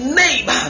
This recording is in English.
name